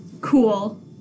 Cool